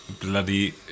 bloody